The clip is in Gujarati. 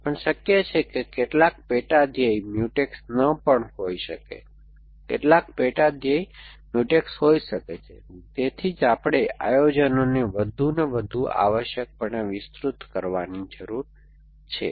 પણ શક્ય છે કે કેટલાક પેટા ધ્યેય મ્યુટેક્સ ન પણ હોઈ શકે કેટલાક પેટા ધ્યેય મ્યુટેક્સ હોઈ શકે છે તેથી જ આપણે આયોજનને વધુ અને વધુ આવશ્યકપણે વિસ્તૃત કરવાની જરૂર છે